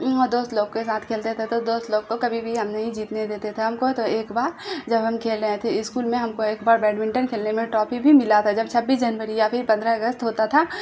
دوست لوگ کے ساتھ کھیلتے تھے تو دوست لوگ کو کبھی بھی ہم نہیں جیتنے دیتے تھے ہم کو تو ایک بار جب ہم کھیل رہے تھے اسکول میں ہم کو ایک بار بیڈمنٹن کھیلنے میں ٹرافی بھی ملا تھا جب چھبیس جنوری یا پھر پندرہ اگست ہوتا تھا